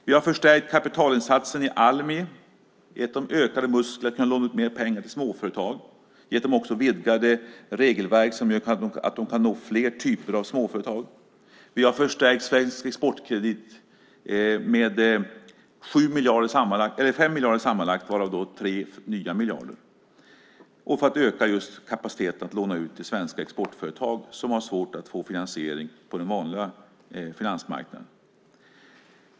Vi har stärkt kapitalinsatsen i Almi för att ge dem ökade muskler att låna ut pengar till småföretag, gett dem också regelverk som gör att de kan nå fler typer av småföretag. Vi har förstärkt svenska exportkrediter med 5 miljarder sammanlagt, varav 3 är nya miljarder, för att öka kapaciteten att låna ut till svenska exportföretag som har svårt att få finansiering på den vanliga finansmarknaden.